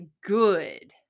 good